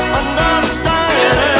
understand